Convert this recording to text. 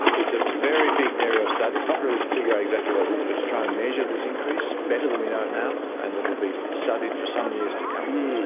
it's a very big area of study, not really to figure out exactly what it is but to try and measure this increase better than we know it now, and that will be studied for some years to come.